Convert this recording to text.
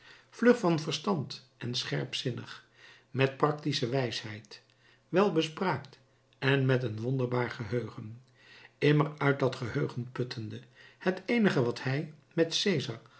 vlug van verstand en scherpzinnig met practische wijsheid welbespraakt en met een wonderbaar geheugen immer uit dat geheugen puttende het eenige wat hij met